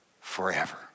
forever